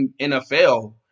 NFL